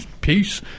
Peace